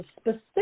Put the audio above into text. specific